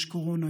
יש קורונה,